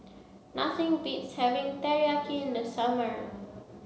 nothing beats having Teriyaki in the summer